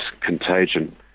contagion